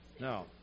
Now